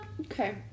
okay